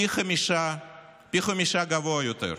פי חמישה גבוה יותר.